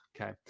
okay